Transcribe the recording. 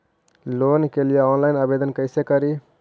Loan के लिये online आवेदन कैसे करि?